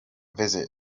visit